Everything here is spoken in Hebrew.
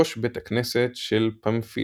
ראש בית הכנסת של פמפיליה.